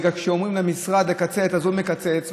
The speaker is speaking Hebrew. בגלל שכשאומרים למשרד לקצץ אז הוא מקצץ,